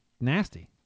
nasty